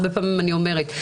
הרבה פעמים אני אומרת,